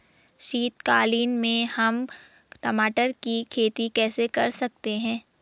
शीतकालीन में हम टमाटर की खेती कैसे कर सकते हैं?